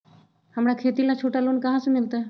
हमरा खेती ला छोटा लोने कहाँ से मिलतै?